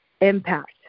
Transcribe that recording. impact